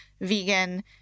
vegan